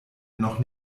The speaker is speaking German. noch